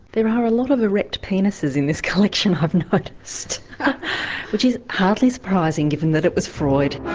there are a lot of erect penises in this collection i've noticed which is hardly surprising given that it was freud.